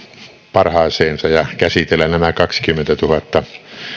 parhaaseensa ja käsitellä nämä kaksikymmentätuhatta